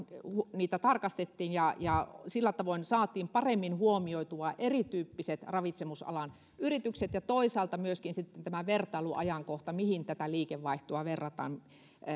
tarkastettiin ja ja sillä tavoin saatiin paremmin huomioitua erityyppiset ravitsemusalan yritykset ja toisaalta myöskin tämä vertailuajankohta mihin tätä liikevaihtoa verrataan